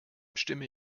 stimme